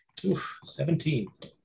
17